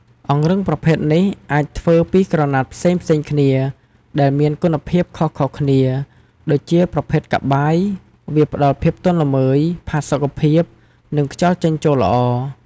អង្រឹងប្រភេទនេះ អាចធ្វើពីក្រណាត់ផ្សេងៗគ្នា ដែលមានគុណភាពខុសៗគ្នា ដូចជា ប្រភេទកប្បាសវាផ្ដល់ភាពទន់ល្មើយ ផាសុកភាព និងខ្យល់ចេញចូលល្អ។